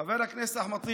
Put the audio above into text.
חבר הכנסת אחמד טיבי,